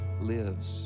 lives